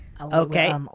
Okay